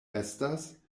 estas